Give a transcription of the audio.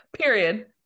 Period